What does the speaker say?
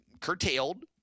curtailed